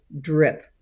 drip